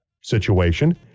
situation